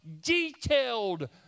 detailed